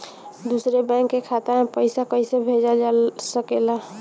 दूसरे बैंक के खाता में पइसा कइसे भेजल जा सके ला?